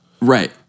Right